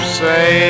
say